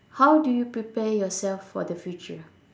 how do you prepare yourself for the future